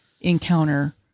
encounter